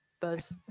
buzz